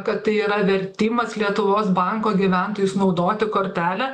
kad tai yra vertimas lietuvos banko gyventojus naudoti kortelę